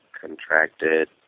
contracted